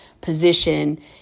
position